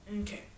Okay